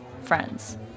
friends